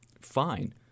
fine